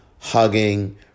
hugging